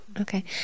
Okay